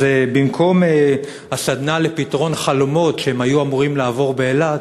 אז במקום הסדנה לפתרון חלומות שהם היו אמורים לעבור באילת,